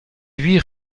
huit